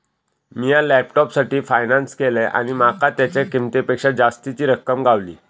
मिया लॅपटॉपसाठी फायनांस केलंय आणि माका तेच्या किंमतेपेक्षा जास्तीची रक्कम गावली